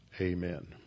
Amen